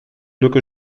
lücke